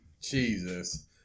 Jesus